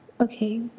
Okay